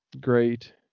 great